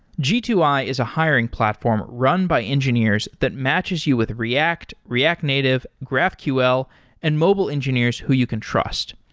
g two i is a hiring platform run by engineers that matches you with react, react native, graphql and mobile engineers who you can trust.